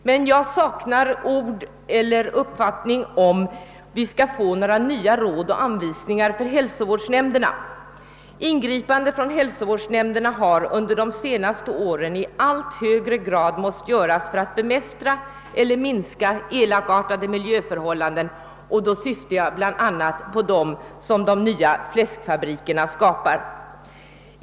Men jag saknar något uttalande om att vi skall få några nya råd eller anvisningar för hälsovårdsnämnderna. Ingripande från hälsovårdsnämnderna har under de senaste åren i allt högre grad måst göras för att bemästra eller minska elakartade miljöförhållanden, och då syftar jag bl.a. på de som de nya fläskfabrikerna skapar.